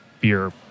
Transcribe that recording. beer